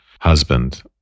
husband